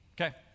Okay